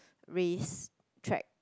race track